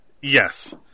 Yes